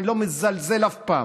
אני לא מזלזל אף פעם,